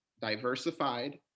diversified